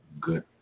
good